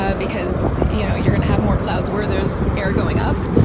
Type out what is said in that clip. ah because you know you're going to have more clouds where there's air going up.